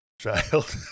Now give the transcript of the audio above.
child